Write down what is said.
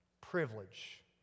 Privilege